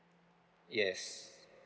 yes